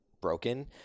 broken